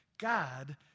God